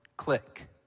click